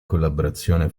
collaborazione